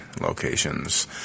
locations